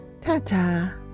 Ta-ta